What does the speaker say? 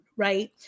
Right